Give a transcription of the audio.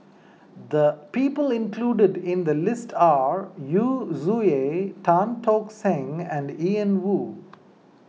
the people included in the list are Yu Zhuye Tan Tock Seng and Ian Woo